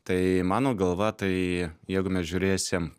tai mano galva tai jeigu mes žiūrėsim